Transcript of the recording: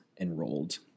enrolled